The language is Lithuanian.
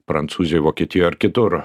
prancūzijoj vokietijoj ar kitur